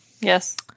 Yes